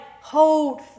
hold